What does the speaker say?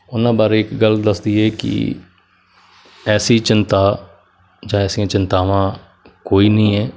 ਉਹਨਾਂ ਬਾਰੇ ਇੱਕ ਗੱਲ ਦੱਸ ਦਈਏ ਕਿ ਐਸੀ ਚਿੰਤਾ ਜਾਂ ਐਸੀਆਂ ਚਿੰਤਾਵਾਂ ਕੋਈ ਨਹੀਂ ਹੈ